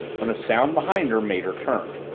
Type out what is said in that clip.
when a sound behind her made her turn.